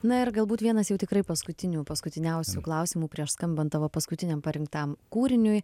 na ir galbūt vienas jau tikrai paskutinių paskutiniausių klausimų prieš skambant tavo paskutiniam parinktam kūriniui